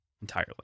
entirely